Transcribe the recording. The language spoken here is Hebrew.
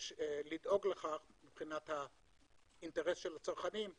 יש לדאוג לכך מבחינת האינטרס של הצרכנים,